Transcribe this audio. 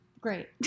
Great